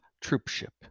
troopship